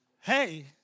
hey